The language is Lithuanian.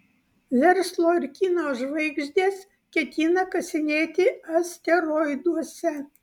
verslo ir kino žvaigždės ketina kasinėti asteroiduose